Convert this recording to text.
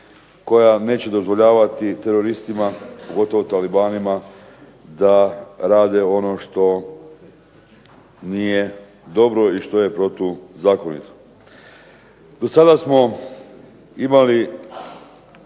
koja neće dozvoljavati teroristima, pogotovo talibanima, da rade ono što nije dobro i što je protuzakonito. Dosada smo imali